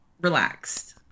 relaxed